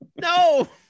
No